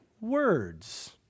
words